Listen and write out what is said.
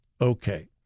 Okay